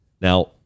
Now